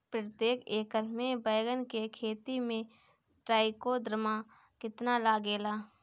प्रतेक एकर मे बैगन के खेती मे ट्राईकोद्रमा कितना लागेला?